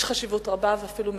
יש לכך חשיבות רבה, ואפילו מרגשת.